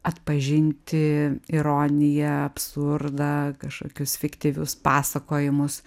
atpažinti ironiją absurdą kažkokius fiktyvius pasakojimus